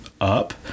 up